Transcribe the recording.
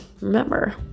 remember